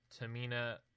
Tamina